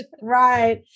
Right